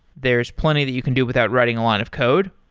there's plenty that you can do without writing a lot of code,